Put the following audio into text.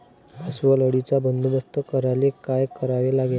अस्वल अळीचा बंदोबस्त करायले काय करावे लागन?